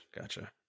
Gotcha